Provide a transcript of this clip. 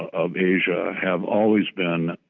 of asia have always been